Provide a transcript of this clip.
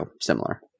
similar